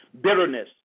bitterness